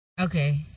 Okay